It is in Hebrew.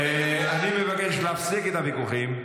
אני מבקש להפסיק את הוויכוחים.